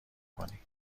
کنی